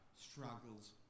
struggles